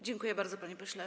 Dziękuję bardzo, panie pośle.